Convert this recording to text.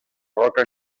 roca